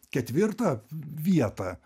ketvirtą vietą